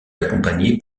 accompagner